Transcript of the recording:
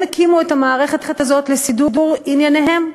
הם הקימו את המערכת הזאת לסידור ענייניהם,